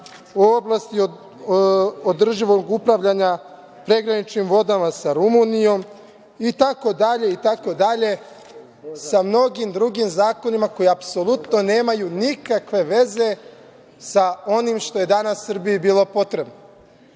o oblasti održivog upravljanja prekograničnim vodama sa Rumunijom, itd, itd, sa mnogim drugim zakonima koji apsolutno nemaju nikakve veze sa onim što je danas Srbiji bilo potrebno.